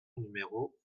numéro